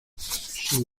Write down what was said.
she